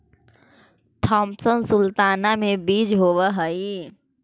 Thompson sultana में बीज न होवऽ हई